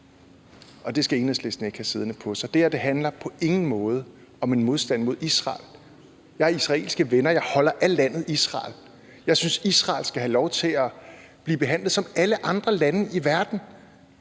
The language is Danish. og det skal Enhedslisten ikke have siddende på sig. Det her handler på ingen måde om en modstand mod Israel. Jeg har israelske venner. Jeg holder af landet Israel. Jeg synes, at Israel skal have lov til at blive behandlet som alle andre lande i verden